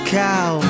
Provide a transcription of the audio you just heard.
cow